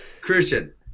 Christian